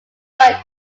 work